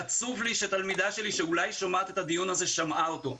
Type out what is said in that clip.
עצוב לי שתלמידה שלי שאולי שומעת את הדיון הזה נחשפה לניסוח זה,